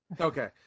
Okay